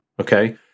okay